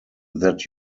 that